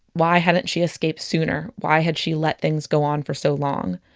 why hadn't she escaped sooner? why had she let things go on for so long?